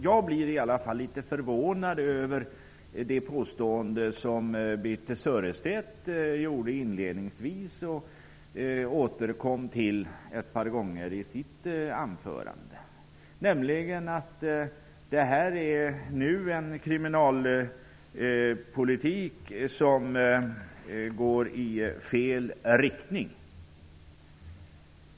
Jag blir i alla fall litet förvånad över det påstående som Birthe Sörestedt gjorde inledningsvis och återkom till några gånger i sitt anförande, nämligen att den nuvarande kriminalpolitiken går i fel riktning.